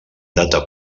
data